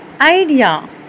idea